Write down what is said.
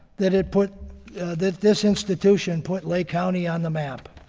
that it put that this institution put lake county on the map.